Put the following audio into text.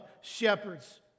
shepherds